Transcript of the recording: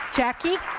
jackie?